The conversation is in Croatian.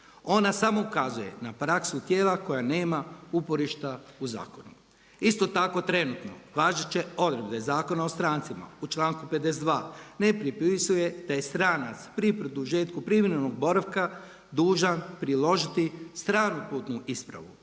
Ona samo ukazuje na praksu tijela koja nema uporišta u zakonu. Isto tako trenutno važeće odredbe Zakona o strancima u članku 52. ne propisuje da je stranac pri produžetku privremenog boravka dužan priložiti stranu putnu ispravu,